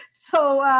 so